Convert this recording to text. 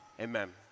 Amen